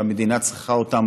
שהמדינה צריכה אותן,